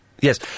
Yes